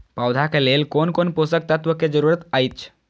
पौधा के लेल कोन कोन पोषक तत्व के जरूरत अइछ?